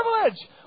privilege